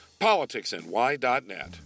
PoliticsNY.net